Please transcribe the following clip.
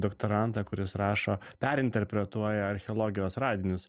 doktorantą kuris rašo perinterpretuoja archeologijos radinius